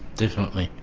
definitely.